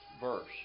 verse